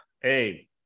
hey